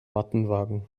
mattenwagen